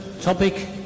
topic